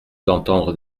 d’entendre